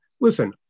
listen